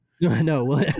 No